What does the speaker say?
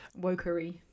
Wokery